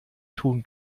tun